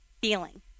feeling